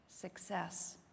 success